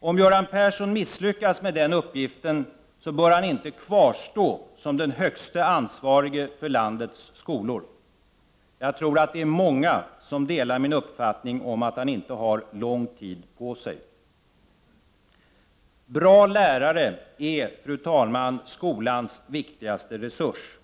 Om Göran Persson misslyckas med den uppgiften bör han inte kvarstå som den högste ansvarige för landets skolor. Jag tror att det är många som delar min uppfattning om att han inte har lång tid på sig. Fru talman! Bra lärare är skolans viktigaste resurs.